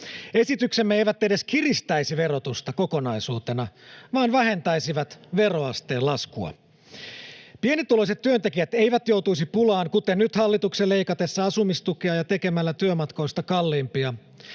Esityksemme eivät edes kiristäisi verotusta kokonaisuutena, vaan vähentäisivät veroasteen laskua. Pienituloiset työntekijät eivät joutuisi pulaan, kuten nyt hallituksen leikatessa asumistukea ja tekemällä työmatkoista kalliimpia.